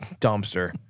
dumpster